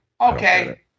Okay